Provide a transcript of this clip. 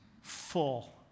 full